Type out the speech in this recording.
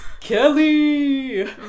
Kelly